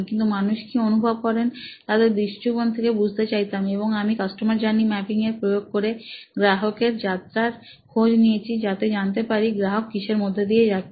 কিন্তু মানুষ কি অনুভব করেন তাদের দৃষ্টিকোণ থেকে বুঝতে চাইতাম এবং আমি কাস্টমার জার্নি ম্যাপিং এর প্রয়োগ করি গ্রাহকের যাত্রার খোঁজ নিয়েছি যাতে জানতে পারি গ্রাহক কিসের মধ্য দিয়ে যাচ্ছে